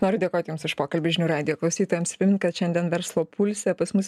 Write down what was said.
noriu dėkoti jums už pokalbį žinių radijo klausytojams kad šiandien verslo pulse pas mus